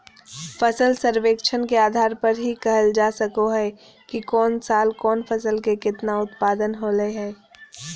फसल सर्वेक्षण के आधार पर ही कहल जा सको हय कि कौन साल कौन फसल के केतना उत्पादन होलय हें